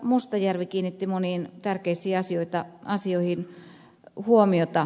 mustajärvi kiinnitti moniin tärkeisiin asioihin huomiota